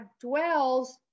dwells